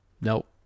Nope